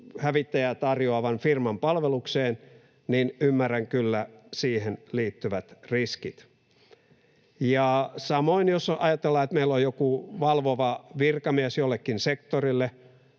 hävittäjiä tarjoavan firman palvelukseen, niin ymmärrän kyllä siihen liittyvät riskit. Ja samoin jos ajatellaan, että meillä on joku jotakin sektoria